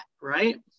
right